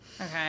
Okay